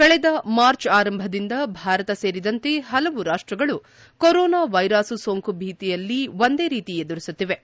ಕಳೆದ ಮಾರ್ಚ್ ಆರಂಭದಿಂದ ಭಾರತ ಸೇರಿದಂತೆ ಹಲವು ರಾಷ್ಲಗಳು ಕೊರೊನಾ ವೈರಾಸು ಸೋಂಕು ಭೀತಿಯನ್ನು ಒಂದೇ ರೀತಿ ಎದುರಿಸುತ್ತಿವೆ